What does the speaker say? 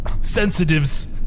Sensitives